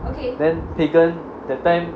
then pagan that time